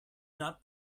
not